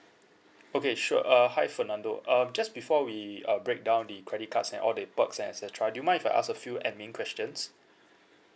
okay sure uh hi fernando uh just before we uh breakdown the credit cards and all the perks and et cetera do you mind if I ask a few admin questions